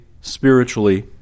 spiritually